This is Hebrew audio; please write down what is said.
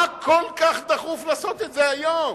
מה כל כך דחוף לעשות את זה היום?